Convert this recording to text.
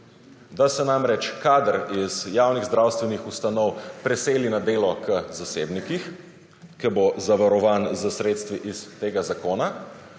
Da se namreč kader iz javnih zdravstvenih ustanov preseli na delo k zasebnikom, ki bo zavarovan s sredstvi iz tega zakona,